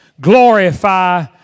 glorify